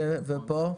ופה?